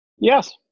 Yes